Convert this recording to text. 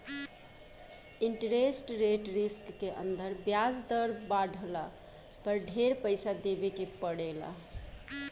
interest rate risk के अंदर ब्याज दर बाढ़ला पर ढेर पइसा देवे के पड़ेला